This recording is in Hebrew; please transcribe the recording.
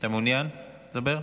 אתה מעוניין לדבר?